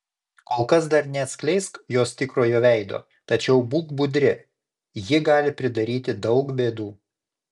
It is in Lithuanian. kol kas dar neatskleisk jos tikrojo veido tačiau būk budri ji gali pridaryti daug bėdų